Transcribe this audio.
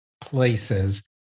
places